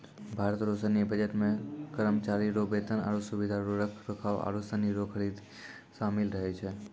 भारत रो सैन्य बजट मे करमचारी रो बेतन, आरो सुबिधा रो रख रखाव आरू सनी रो खरीद सामिल रहै छै